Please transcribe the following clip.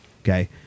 Okay